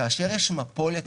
כאשר יש מפולת,